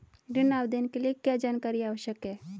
ऋण आवेदन के लिए क्या जानकारी आवश्यक है?